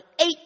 eight